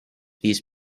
these